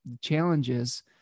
challenges